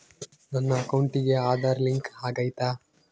ನನ್ನ ಅಕೌಂಟಿಗೆ ಆಧಾರ್ ಲಿಂಕ್ ಆಗೈತಾ?